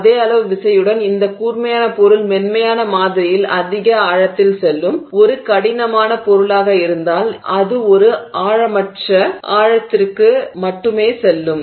அதே அளவு விசையுடன் இந்த கூர்மையான பொருள் மென்மையான மாதிரியில் அதிக ஆழத்தில் செல்லும் ஒரு கடினமான பொருளாக இருந்தால் அது ஒரு ஆழமற்ற ஆழத்திற்கு மேலோட்டமான ஆழத்திற்கு மட்டுமே செல்லும்